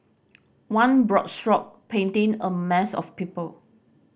one broad stroke painting a mass of people